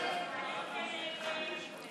(138)